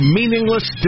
meaningless